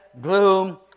gloom